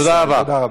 תודה רבה.